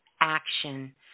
action